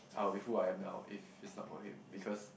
I will be who I am now if is not for him because